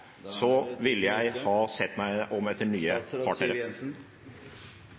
jeg heldigvis ikke er, ville jeg ha sett meg om etter